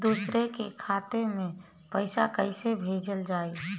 दूसरे के खाता में पइसा केइसे भेजल जाइ?